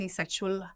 sexual